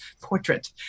portrait